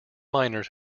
miners